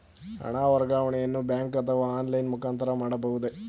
ಹಣ ವರ್ಗಾವಣೆಯನ್ನು ಬ್ಯಾಂಕ್ ಅಥವಾ ಆನ್ಲೈನ್ ಮುಖಾಂತರ ಮಾಡಬಹುದೇ?